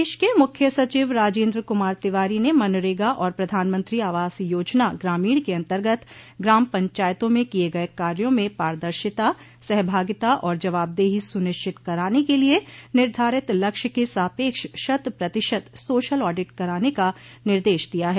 प्रदेश के मुख्य सचिव राजेन्द्र कुमार तिवारी ने मनरेगा और प्रधानमंत्री आवास योजना ग्रामीण के अन्तर्गत ग्राम पंचायतों में किये गये कार्यो में पारदर्शिता सहभागिता और जवाबदेही सुनिश्चित कराने के लिए निर्धारित लक्ष्य के सापेक्ष शत प्रतिशत सोशल ऑडिट कराने का निर्देश दिया है